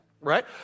right